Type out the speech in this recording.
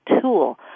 tool